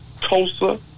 Tulsa